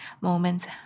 moments